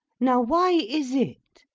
now why is it?